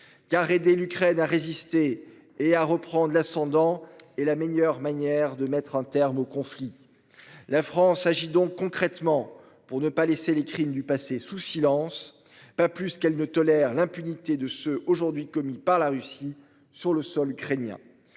Car, aider l'Ukraine à résister et à reprendre l'ascendant et la meilleure manière de mettre un terme au conflit. La France agit donc concrètement pour ne pas laisser les crimes du passé sous silence. Pas plus qu'elle ne tolère l'impunité de ceux aujourd'hui commis par la Russie sur le sol ukrainien.